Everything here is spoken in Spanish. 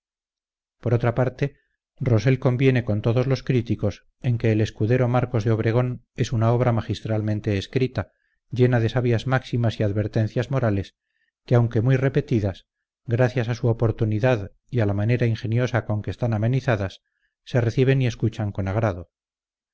parte rosell conviene con todos los críticos en que el escudero marcos de obregón es una obra magistralmente escrita llena de sabias máximas y advertencias morales que aunque muy repetidas gracias a su oportunidad y a la manera ingeniosa con que están amenizadas se reciben y escuchan con agrado